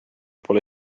pole